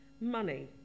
money